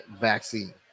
vaccine